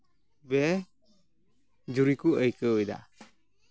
ᱵᱮᱼᱡᱩᱨᱤ ᱠᱚ ᱟᱹᱭᱠᱟᱹᱣᱮᱫᱟ